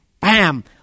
BAM